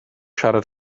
siarad